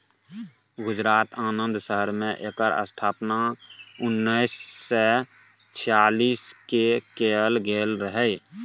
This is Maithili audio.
गुजरातक आणंद शहर मे एकर स्थापना उन्नैस सय छियालीस मे कएल गेल रहय